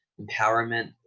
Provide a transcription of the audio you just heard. empowerment